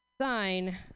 sign